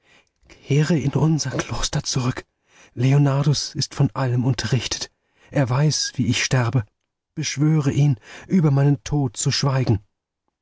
kehre in unser kloster zurück leonardus ist von allem unterrichtet er weiß wie ich sterbe beschwöre ihn über meinen tod zu schweigen